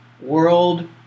world